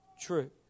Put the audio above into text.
true